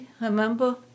remember